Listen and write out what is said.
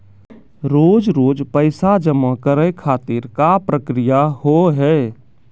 रोज रोज पैसा जमा करे खातिर का प्रक्रिया होव हेय?